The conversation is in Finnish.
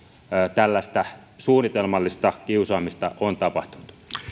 tällaista suunnitelmallista kiusaamista on tapahtunut